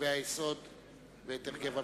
קווי היסוד ואת הרכב הממשלה.